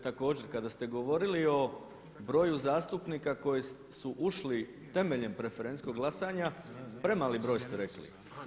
Također kada ste govorili o broju zastupnika koji su ušli temeljem preferencijskog glasanja premali broj ste rekli.